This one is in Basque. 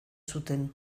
zuten